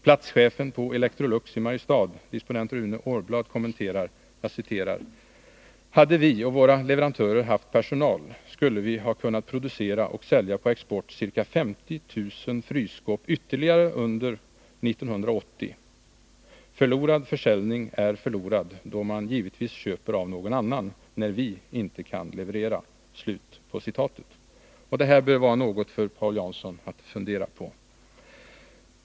Platschefen på Electrolux i Mariestad, disponent Rune Årblad, kommenterar: ”Hade vi och våra leverantörer haft personal skulle vi ha kunnat producera och sälja på export ca 50 000 frysskåp ytterligare under 1980. Förlorad försäljning är förlorad då man givetvis köper av någon annan när vi inte kan leverera.” Det här bör vara något för Paul Jansson att fundera på.